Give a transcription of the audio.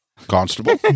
Constable